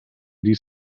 dies